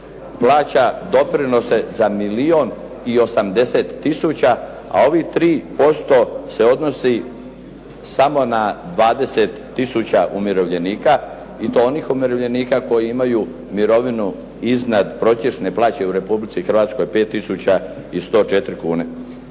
plaća doprinose za milijun i 80000, a ovih 3% se odnosi samo na 20000 umirovljenika i to onih umirovljenika koji imaju mirovinu iznad prosječne plaće u Republici Hrvatskoj 5104 kune.